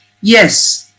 Yes